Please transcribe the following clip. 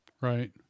right